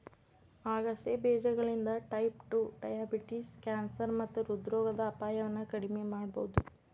ಆಗಸೆ ಬೇಜಗಳಿಂದ type two diabetes, cancer ಮತ್ತ ಹೃದ್ರೋಗದ ಅಪಾಯವನ್ನ ಕಡಿಮಿ ಮಾಡಬೋದು